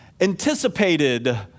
anticipated